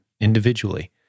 individually